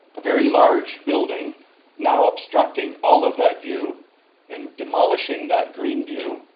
a very large building now obstructing all of that view and demolishing that green view.